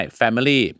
family